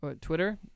Twitter